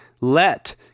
let